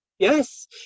Yes